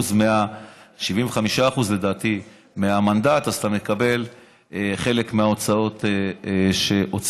שאם אתה מקבל 75% מהמנדט אז אתה מקבל חלק מההוצאות שהוצאת.